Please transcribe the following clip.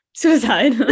suicide